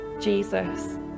Jesus